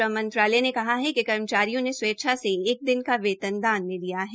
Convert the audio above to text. श्रम मंत्रालय ने कहा है कि कर्मचारियों ने स्वेच्छा से एक दिन का वेतन दान में दिया है